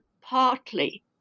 partly